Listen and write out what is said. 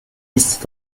ist